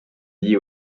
lié